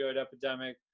Epidemic